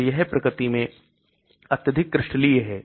तो यह प्रकृति में अत्यधिक क्रिस्टलीय है